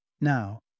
Now